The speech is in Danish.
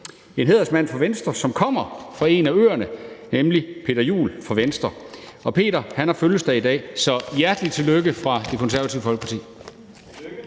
en hædersmand fra Venstre, som kommer fra en af øerne, nemlig hr. Peter Juel-Jensen fra Venstre. Og Peter har fødselsdag i dag, så hjertelig tillykke fra Det Konservative Folkeparti.